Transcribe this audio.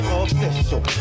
official